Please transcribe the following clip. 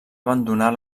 abandonar